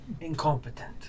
Incompetent